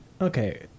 Okay